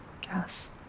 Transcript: guess